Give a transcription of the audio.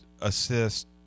assist